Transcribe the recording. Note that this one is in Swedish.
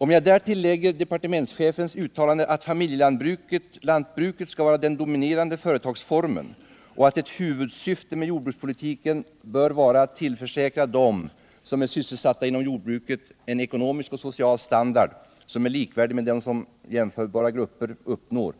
Om jag därtill lägger departementschefens uttalande att familjelantbruket skall vara den dominerande företagsformen och att ett huvudsyfte med jordbrukspolitiken bör vara att tillförsäkra dem som är sysselsatta inom jordbruket en ekonomisk och social standard, som är likvärdig med den som jämförbara grupper uppnår,